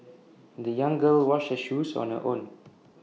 the young girl washed her shoes on her own